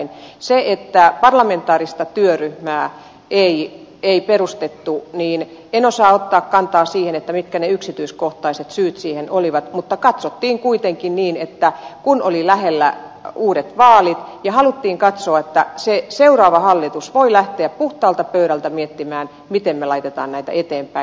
siihen että parlamentaarista työryhmää ei perustettu en osaa ottaa kantaa mitkä ne yksityiskohtaiset syyt siihen olivat mutta katsottiin kuitenkin niin että kun olivat lähellä uudet vaalit haluttiin katsoa että se seuraava hallitus voi lähteä puhtaalta pöydältä miettimään miten laitetaan näitä eteenpäin